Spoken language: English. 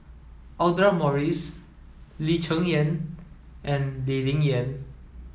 Audra Morrice Lee Cheng Yan and Lee Ling Yen